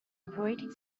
operating